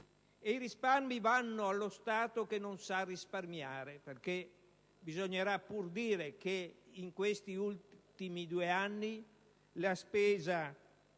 e i risparmi vanno allo Stato che non sa risparmiare. Bisognerà pur dire, infatti, che in questi ultimi due anni la spesa